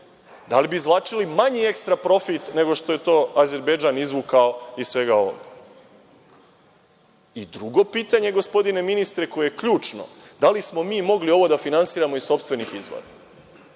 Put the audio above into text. da li bi izvlačili manji ekstra profit, nego što je to Azerbejdžan izvukao iz svega ovoga? Drugo pitanje, gospodine ministre, a koje je ključno, da li smo mi mogli ovo da finansiramo iz sopstvenih prihoda? Tu